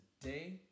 today